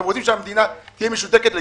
אתם רוצים שהמדינה תהיה משותקת לגמרי?